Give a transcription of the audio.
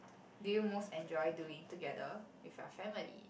do you most enjoy doing together with your family